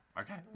okay